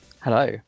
Hello